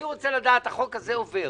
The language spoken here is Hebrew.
אני רוצה לדעת, החוק הזה עובר.